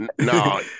no